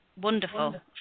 wonderful